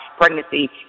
pregnancy